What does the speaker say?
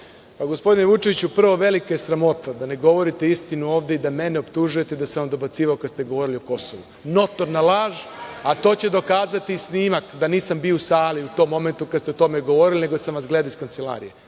predsednice. Gospodine Vučeviću, prvo, velika je sramota da ne govorite istinu ovde i da mene optužujte da sam vam dobacivao kada ste govorili o Kosovu. Notorna laž, a to će dokazati i snimak da nisam bio u sali u tom momentu kada ste o tome govorili, nego sam vas gledao iz kancelarije.